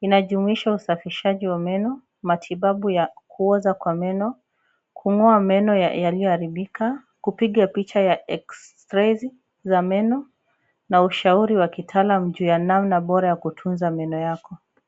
inajumuisha usafishaji wa meno, matibabu ya kuoza kwa meno, kung'oa meno yaliyoharibika, kupiga picha ya X-rays za meno na ushauri wa kitaalam juu ya namna bora ya kutunza meno yako.